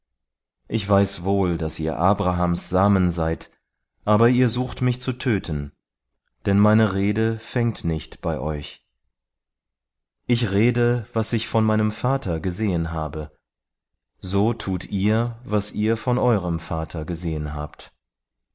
ich weiß wohl daß ihr abrahams samen seid aber ihr sucht mich zu töten denn meine rede fängt nicht bei euch ich rede was ich von meinem vater gesehen habe so tut ihr was ihr von eurem vater gesehen habt